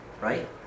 right